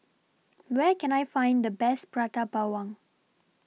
Where Can I Find The Best Prata Bawang